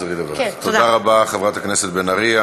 תודה רבה, חברת הכנסת בן ארי.